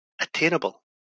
attainable